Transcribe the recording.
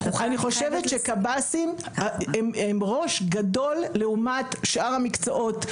אני חושבת שקב"סים הם ראש גדול לעומת שאר המקצועות.